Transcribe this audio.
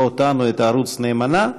לא אותנו, את הערוץ, נאמנה.